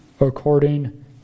according